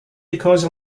because